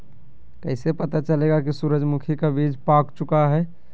कैसे पता चलेगा की सूरजमुखी का बिज पाक चूका है?